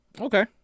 Okay